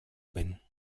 bin